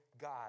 God